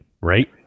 Right